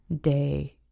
day